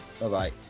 bye-bye